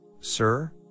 sir